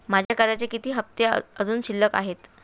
माझे कर्जाचे किती हफ्ते अजुन शिल्लक आहेत?